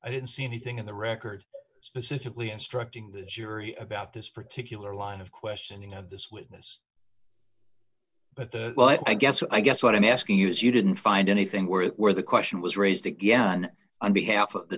i didn't see anything in the record specifically instructing the jury about this particular line of questioning of this witness but well i guess so i guess what i'm asking you is you didn't find anything where it were the question was raised again on behalf of the